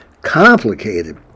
complicated